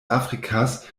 afrikas